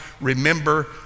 remember